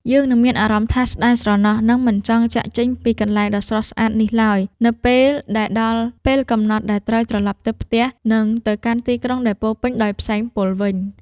យើងនឹងមានអារម្មណ៍ថាស្ដាយស្រណោះ និង មិនចង់ចាកចេញពីកន្លែងដ៏ស្រស់ស្អាតនេះឡើយនៅពេលដែលដល់ពេលកំណត់ដែលត្រូវត្រឡប់ទៅផ្ទះ និង ទៅកាន់ទីក្រុងដែលពោរពេញដោយផ្សែងពុលវិញ។